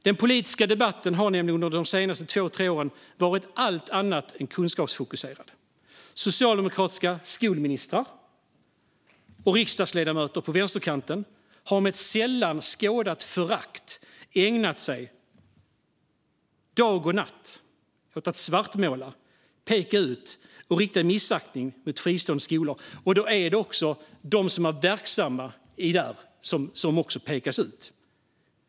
Den politiska debatten har nämligen under de senaste två, tre åren varit allt annat än kunskapsfokuserad. Socialdemokratiska skolministrar och riksdagsledamöter på vänsterkanten har med ett sällan skådat förakt ägnat dag och natt åt att svartmåla, peka ut och rikta missaktning mot fristående skolor. Då är det också de som är verksamma i detta som pekas ut.